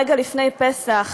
רגע לפני פסח,